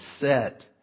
set